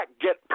get